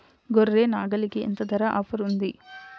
గొర్రె, నాగలికి ఎంత ధర ఆఫర్ ఉంది?